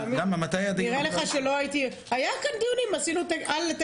היה כאן דיונים על המנהלי.